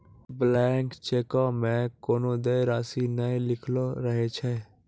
blank चेको मे कोनो देय राशि नै लिखलो रहै छै